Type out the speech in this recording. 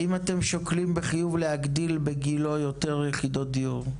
עשאל האם אתם שוקלים בחיוב להגדיל בגילה יותר יחידות דיור?